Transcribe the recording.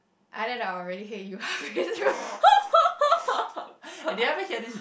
I don't know I really hate you